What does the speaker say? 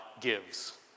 gives